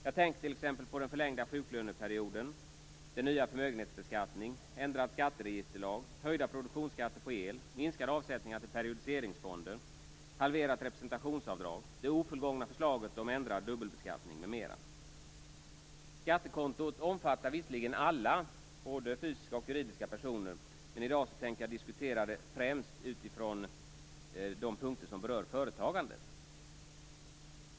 Jag tänker t.ex. på den förlängda sjuklöneperioden, den nya förmögenhetsbeskattningen, ändrade skatteregisterlagen, höjda produktionsskatter på el, minskad avsättning till periodiseringsfonden, halverat representationsavdrag, det ofullgångna förslaget om ändrad dubbelbeskattning m.m. Skattekontot omfattar visserligen alla, både fysiska och juridiska personer. Men i dag tänker jag diskutera det främst utifrån de punkter som berör företagandet.